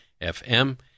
FM